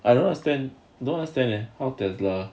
I don't understand don't understand leh how tesla